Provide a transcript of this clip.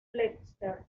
fletcher